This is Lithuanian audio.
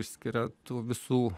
išskiria tų visų